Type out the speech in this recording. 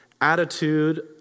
attitude